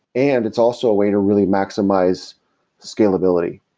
and it's also a way to really maximize scalability,